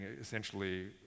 essentially